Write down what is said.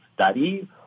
study